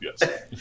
yes